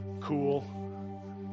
cool